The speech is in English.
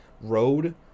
road